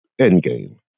Endgame